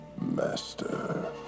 master